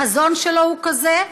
החזון שלו הוא כזה.